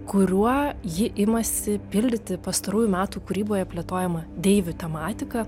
kuriuo ji imasi pildyti pastarųjų metų kūryboje plėtojama deivių tematiką